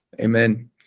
amen